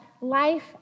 life